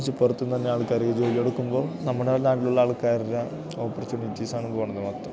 പക്ഷെ പുറത്തുനിന്നുവരുന്ന ആൾക്കാര്ക്കു ജോലി കൊടുക്കുമ്പോള് നമ്മുടെ നാട്ടിലുള്ള ആൾക്കാരുടെ ഓപ്പർച്യൂണിറ്റീസാണ് പോകുന്നത് മൊത്തം